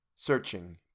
searching